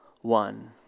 one